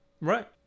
Right